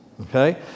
Okay